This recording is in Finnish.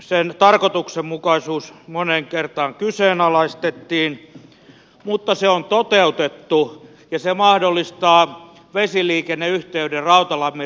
sen tarkoituksenmukaisuus moneen kertaan kyseenalaistettiin mutta se on toteutettu ja se mahdollistaa vesiliikenneyhteyden rautalammin reitiltä lahteen